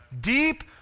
Deep